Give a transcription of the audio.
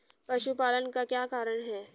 पशुपालन का क्या कारण है?